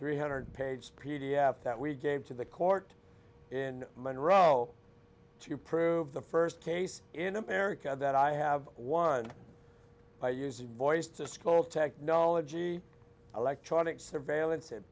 three hundred page p d f that we gave to the court in monroe to prove the first case in america that i have won by using voice to school technology electronic surveillance and